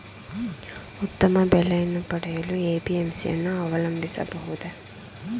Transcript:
ಉತ್ತಮ ಬೆಲೆಯನ್ನು ಪಡೆಯಲು ಎ.ಪಿ.ಎಂ.ಸಿ ಯನ್ನು ಅವಲಂಬಿಸಬಹುದೇ?